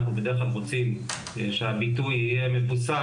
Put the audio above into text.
אנחנו בדרך כלל רוצים שהביטוי יהיה מבוסס